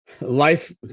life